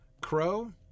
crow